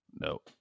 No